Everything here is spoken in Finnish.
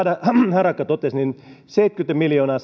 harakka totesi seitsemänkymmentä miljoonaa